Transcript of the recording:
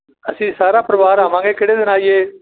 ਅਸੀਂ ਸਾਰਾ ਪਰਿਵਾਰ ਆਵਾਂਗੇ ਕਿਹੜੇ ਦਿਨ ਆਈਏ